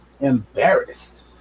embarrassed